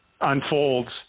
unfolds